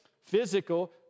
Physical